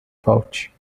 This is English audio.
pouch